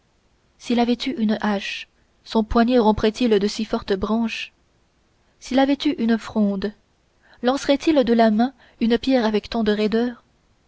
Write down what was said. s'il avait eu une hache son poignet romprait il de si fortes branches s'il avait eu une fronde lancerait il de la main une pierre avec tant de raideur